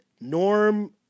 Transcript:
Norm